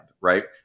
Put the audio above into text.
right